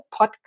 podcast